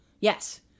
Yes